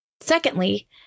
Secondly